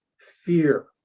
fear